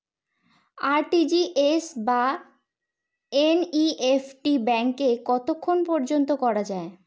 RTGS বা NEFT ব্যাংকে কতক্ষণ পর্যন্ত করা যায়?